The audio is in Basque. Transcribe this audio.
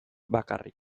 bakarrik